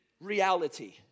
reality